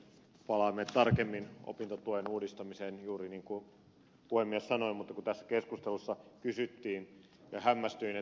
palaamme tarkemmin opintotuen uudistamiseen juuri niin kuin puhemies sanoi mutta tässä keskustelussa kysyttiin tästä ja hämmästyin että ed